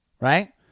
right